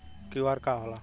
QR का होला?